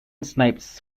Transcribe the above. snipes